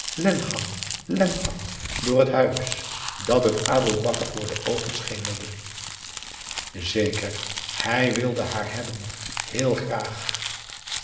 lengang lengang door het huis dat het aboe bakar voor de oogen schemerde zeker hij wilde haar hebben heel graag